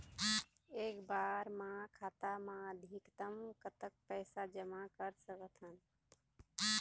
एक बार मा खाता मा अधिकतम कतक पैसा जमा कर सकथन?